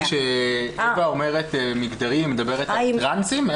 כשאווה אומרת מגדרי היא מדברת על טרנסים?